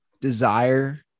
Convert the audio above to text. desire